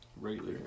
regular